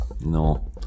no